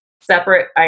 separate